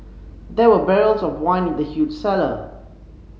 there were barrels of wine in the huge cellar